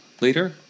Later